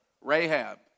Rahab